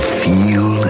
feel